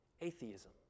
atheism